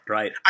Right